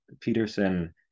peterson